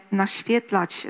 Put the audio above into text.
naświetlać